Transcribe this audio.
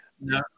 No